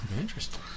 interesting